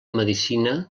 medicina